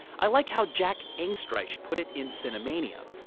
i like how jack angstreich put it in cinemania.